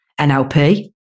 NLP